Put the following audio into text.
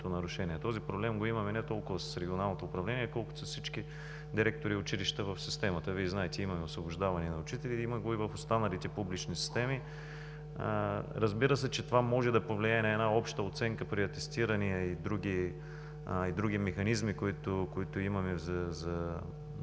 нарушение. Този проблем го имаме не толкова с регионалното управление, колкото с всички директори и училища в системата. Вие знаете, имаме освобождаване на учители, има го и в останалите публични системи. Разбира се, че това може да повлияе на една обща оценка при атестиране и други механизми, които имаме, да